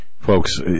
folks